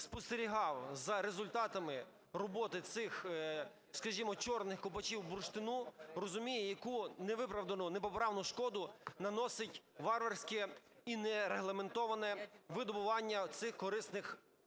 спостерігав за результатами роботи цих, скажімо, "чорних" копачів бурштину, розуміє, яку невиправдану, непоправну шкоду наносить варварське і нерегламентоване видобування цих корисних